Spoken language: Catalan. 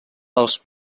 els